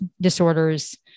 disorders